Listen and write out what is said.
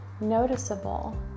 noticeable